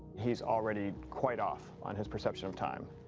he's already quite off on his perception of time.